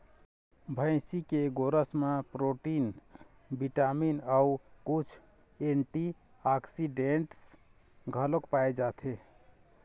भइसी के गोरस म प्रोटीन, बिटामिन अउ कुछ एंटीऑक्सीडेंट्स घलोक पाए जाथे